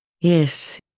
Yes